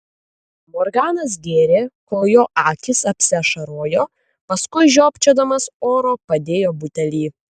morganas gėrė kol jo akys apsiašarojo paskui žiopčiodamas oro padėjo butelį